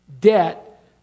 Debt